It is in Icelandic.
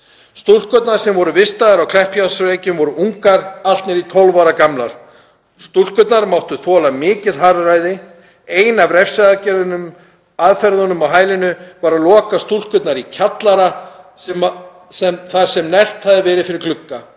Stúlkurnar sem voru vistaðar á Kleppjárnsreykjum voru ungar, allt niður í 12 ára gamlar. Stúlkurnar máttu þola mikið harðræði. Ein af refsiaðferðunum á hælinu var að loka stúlkurnar í kjallara þar sem neglt hafði verið fyrir glugga.